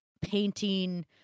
painting